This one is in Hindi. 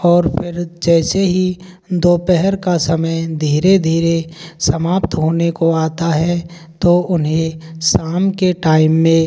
और फिर जैसे ही दोपहर का समय धीरे धीरे समाप्त होने को आता है तो उन्हें शाम के टाइम में